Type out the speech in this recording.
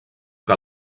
que